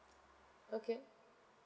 okay